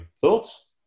Thoughts